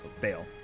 Fail